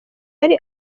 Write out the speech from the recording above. kigali